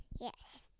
Yes